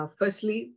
firstly